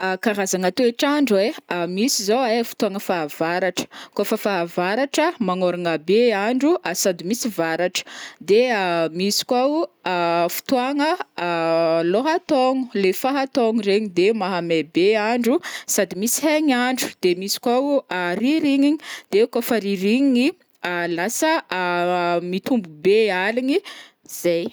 karazagna toetr'andro ai, misy zao ai fotoagna fahavaratra kaofa fahavaratra magnôragna be andro sady misy varatra, de misy koa o fotoagna lôhataogno leha fahataogno regny de mahamay be andro sady misy haign'andro, de misy koa o rirignigny de kaofa rirignigny lasa mitombo be aligny, zay.